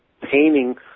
painting